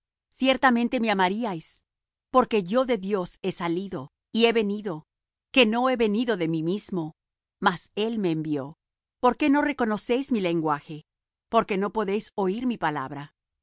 ciertamente me amaríais porque yo de dios he salido y he venido que no he venido de mí mismo mas él me envió por qué no reconocéis mi lenguaje porque no podéis oir mi palabra